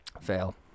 fail